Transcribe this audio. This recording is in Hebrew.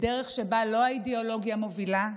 לדרך שבה לא האידיאולוגיה מובילה,